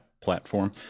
platform